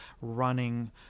running